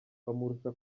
bamurusha